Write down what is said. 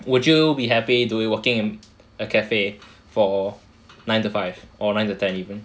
would you be happy doing working in a cafe for nine to five or nine to ten even